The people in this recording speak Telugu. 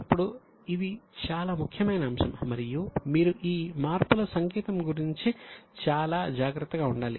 ఇప్పుడు ఇది చాలా ముఖ్యమైన అంశం మరియు మీరు ఈ మార్పుల సంకేతం గురించి చాలా జాగ్రత్తగా ఉండాలి